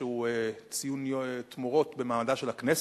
שהוא ציון תמורות במעמדה של הכנסת,